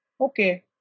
Okay